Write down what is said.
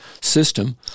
system